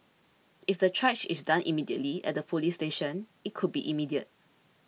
if the triage is done immediately at the police station it could be immediate